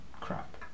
crap